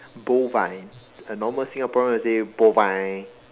bovine a normal Singaporean will say bovine